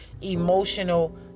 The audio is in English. emotional